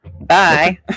Bye